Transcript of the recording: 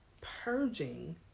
purging